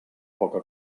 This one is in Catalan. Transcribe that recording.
poca